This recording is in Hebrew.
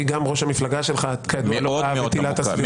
-- כי גם ראש המפלגה שלך כידוע אהב את עילת הסבירות.